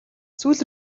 сүүл